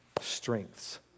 strengths